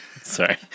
sorry